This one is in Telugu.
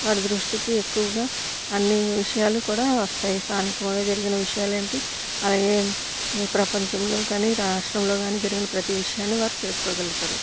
వారి దృష్టికి ఎక్కువగా అన్ని విషయాలు కూడా వస్తాయి సానికంగా జరిగిన విషయాలు ఏంటి ఆ ఏమ్ ప్రపంచంలో కానీ రాష్ట్రంలో కానీ జరిగిన ప్రతి విషయాన్ని వారు తెలుసుకోగలుగుతారు